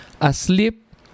Asleep